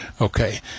okay